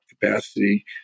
capacity